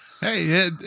Hey